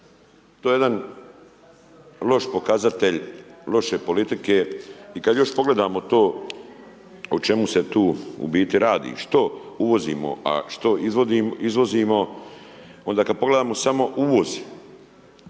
To je jedan loš pokazatelj, loše politike i kada još pogledamo to o čemu se tu u biti radi, što uvozimo, a što izvozimo, onda kada pogledamo samo uvoz.